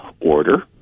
order